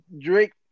Drake